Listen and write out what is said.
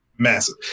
Massive